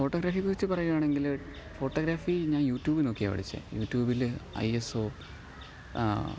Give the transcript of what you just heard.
ഫോട്ടോഗ്രഫിയെ കുറിച്ച് പറയുകയാണെങ്കിൽ ഫോട്ടോഗ്രഫി ഞാന് യൂട്യൂബിൽ നോക്കിയാണ് പഠിച്ചത് യൂട്യൂബിൽ ഐ എസ് ഒ